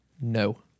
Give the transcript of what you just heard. no